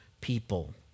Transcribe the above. people